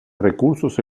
recursos